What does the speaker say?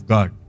God